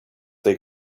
they